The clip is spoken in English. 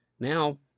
Now